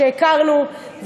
כשהכרנו,